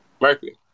Mercury